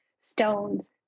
stones